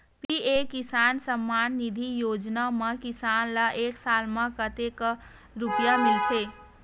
PM किसान सम्मान निधी योजना म किसान ल एक साल म कतेक रुपिया मिलथे?